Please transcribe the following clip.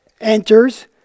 enters